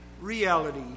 reality